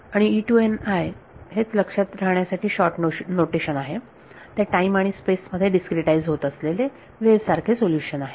आणि हेच लक्षात राहण्यासाठी शॉर्ट नोटेशन आहे ते टाईम आणि स्पेस मध्ये डिस्क्रीटाईझ होत असलेले वेव्ह सारखे सोल्युशन आहे